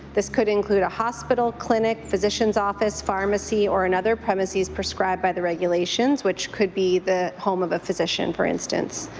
this could include a hospital, clinic, physician's office, pharmacy or another premises prescribed by the regulations, which could be the home of a physician, for instance.